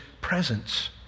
presence